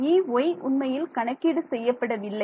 Ey உண்மையில் கணக்கீடு செய்யப்படவில்லை